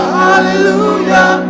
hallelujah